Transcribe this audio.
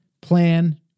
plan